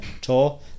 tour